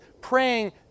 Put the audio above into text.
praying